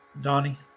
Donnie